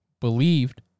believed